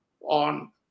on